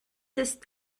ist